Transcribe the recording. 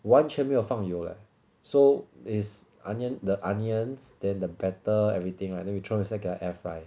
完全没有放油 leh so it's onion the onions then the batter everything right then we throw inside 给它 air fry